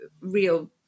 real